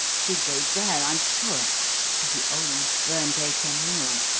she'd go there, i'm sure to the old burnt acre mill,